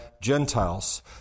Gentiles